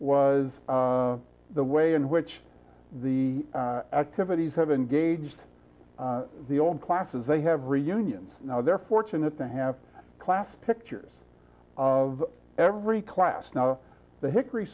was the way in which the activities have engaged the old classes they have reunions now they're fortunate to have class pictures of every class now the hickory